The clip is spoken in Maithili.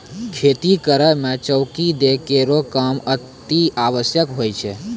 खेती करै म चौकी दै केरो काम अतिआवश्यक होय छै